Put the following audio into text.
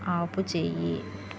ఆపుచెయ్యి